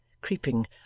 creeping